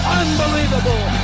unbelievable